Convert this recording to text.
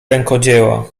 rękodzieła